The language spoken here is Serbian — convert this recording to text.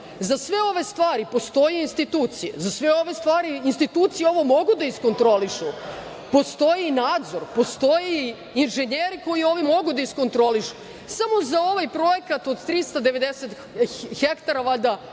za sve ove stvari postoje institucije, za sve ove stvari, institucije mogu ovo da iskontrolišu, postoji i nadzor, postoje i inženjeri koji ovo mogu da iskontrolišu, samo za ovaj projekat od 390 hektara valjda